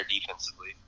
defensively